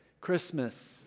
Christmas